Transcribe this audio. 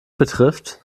betrifft